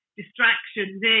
distractions